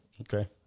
Okay